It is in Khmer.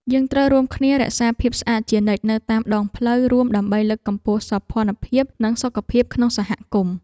យើងត្រូវរួមគ្នារក្សាភាពស្អាតជានិច្ចនៅតាមដងផ្លូវរួមដើម្បីលើកកម្ពស់សោភ័ណភាពនិងសុខភាពក្នុងសហគមន៍។